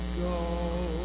go